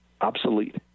obsolete